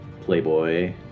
playboy